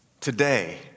Today